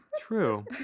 True